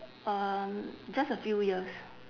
um just a few years